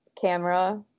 camera